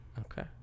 Okay